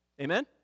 Amen